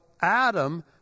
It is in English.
Adam